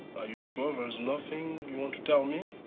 are you sure there's nothing you want to tell me.